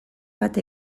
bat